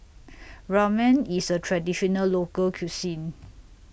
Ramen IS A Traditional Local Cuisine